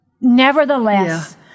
nevertheless